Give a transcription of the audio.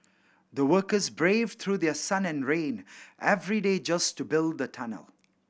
the workers braved through their sun and rain every day just to build the tunnel